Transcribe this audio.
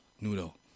noodle